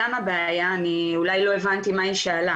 למה בעיה, אני אולי לא הבנתי מה היא שאלה.